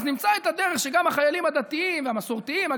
נמצא את הדרך שגם החיילים הדתיים והמסורתיים,